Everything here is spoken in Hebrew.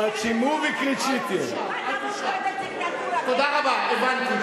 (אומר דברים בשפה הרוסית.) תודה רבה, הבנתי.